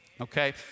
okay